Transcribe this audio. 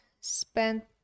spent